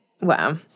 Wow